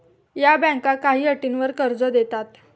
या बँका काही अटींवर कर्ज देतात